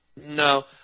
No